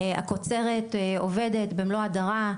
הקוצרת עובדת במלוא הדרה,